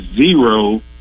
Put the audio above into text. zero